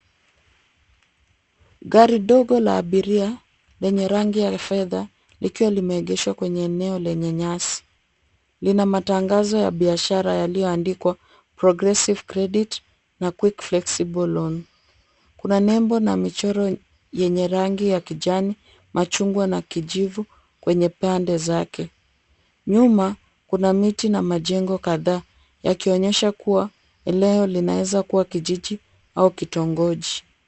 Gari dogo la abiria lenye rangi ya fedha likiwa limeegeshwa kwenye eneo lenye nyasi. Lina matangazo ya biashara yaliyoandikwa progressive credit na quick flexible loan .Kuna nembo na michoro yenye rangi ya kijani, machungwa na kijivu kwenye pande zake. Nyuma kuna miti na majengo kadhaa yakionyesha kuwa eneo linaeza kuwa kijiji au kitongoji.